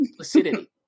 acidity